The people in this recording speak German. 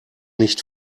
nicht